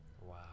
Wow